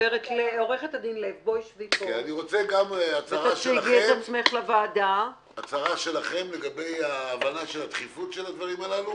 אני רוצה הצהרה שלכם לגבי הבנת הדחיפות של הדברים הללו